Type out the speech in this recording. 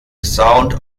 sound